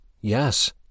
Yes